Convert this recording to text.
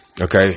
Okay